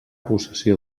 possessió